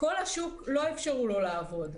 כל השוק לא אפשרו לו לעבוד.